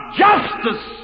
justice